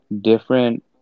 different